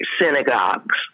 synagogues